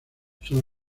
son